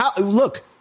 Look